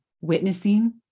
witnessing